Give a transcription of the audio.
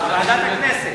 ועדת הכנסת.